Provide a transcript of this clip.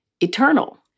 eternal